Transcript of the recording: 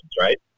Right